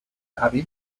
abbey